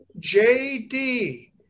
JD